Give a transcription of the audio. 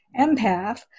empath